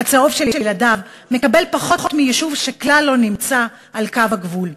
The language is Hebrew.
הצהוב של ילדיו מקבל פחות מיישוב שכלל לא נמצא על קו הגבול?